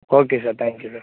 okay sir thank you sir